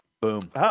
Boom